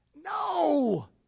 No